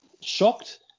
shocked